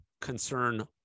concern